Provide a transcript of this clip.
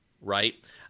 right